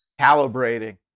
calibrating